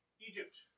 Egypt